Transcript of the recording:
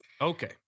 Okay